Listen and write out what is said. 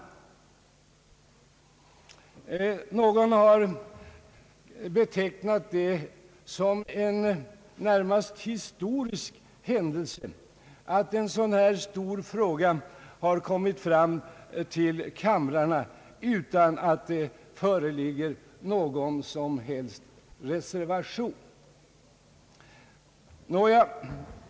Någon har betecknat det som en närmast historisk händelse, att en så stor fråga som denna har kommit fram till kamrarna utan att det föreligger någon som helst reservation.